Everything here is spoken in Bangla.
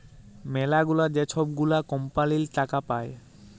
ম্যালাগুলা যে ছব গুলা কম্পালির টাকা পায়